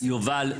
יובל,